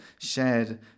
shared